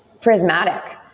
prismatic